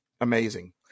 Amazing